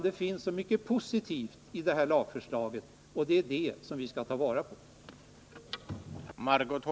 Det finns så mycket positivt i det här lagförslaget, och det är det som vi skall ta vara på.